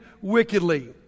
wickedly